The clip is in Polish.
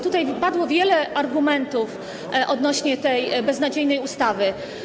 Tutaj padło wiele argumentów odnośnie do tej beznadziejnej ustawy.